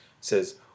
says